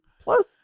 plus